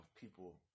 people